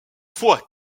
fois